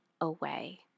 away